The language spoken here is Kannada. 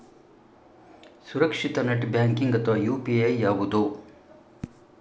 ಸುರಕ್ಷಿತ ನೆಟ್ ಬ್ಯಾಂಕಿಂಗ್ ಅಥವಾ ಯು.ಪಿ.ಐ ಯಾವುದು?